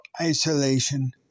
isolation